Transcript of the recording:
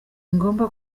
ngomba